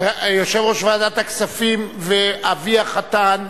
יושב-ראש ועדת הכספים ואבי החתן,